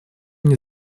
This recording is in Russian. мне